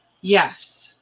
yes